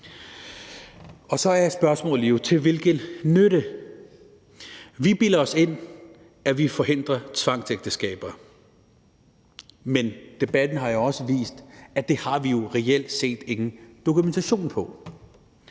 på. Så er spørgsmålet jo til hvilken nytte. Vi bilder os ind, at vi forhindrer tvangsægteskaber, men debatten har jo også vist, at det har vi reelt set ingen dokumentation for.